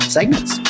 Segments